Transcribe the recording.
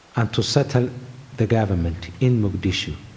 and to settle the government in mogadishu.